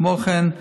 כמו כן,